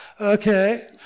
okay